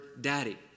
daddy